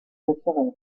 naturelle